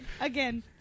Again